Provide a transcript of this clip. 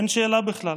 אין שאלה בכלל.